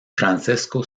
francesco